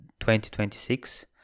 2026